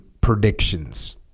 predictions